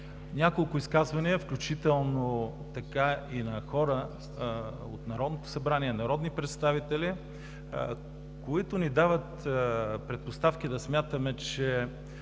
Няколко изказвания, включително и на хора от Народното събрание, народни представители ни дават предпоставки да смятаме, че